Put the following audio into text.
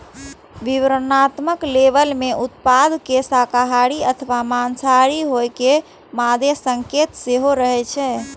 विवरणात्मक लेबल मे उत्पाद के शाकाहारी अथवा मांसाहारी होइ के मादे संकेत सेहो रहै छै